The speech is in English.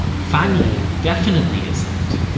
fanny definitely isn't.